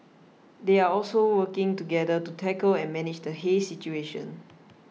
they are also working together to tackle and manage the haze situation